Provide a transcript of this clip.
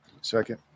Second